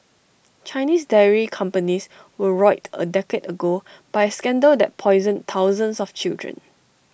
Chinese dairy companies were roiled A decade ago by A scandal that poisoned thousands of children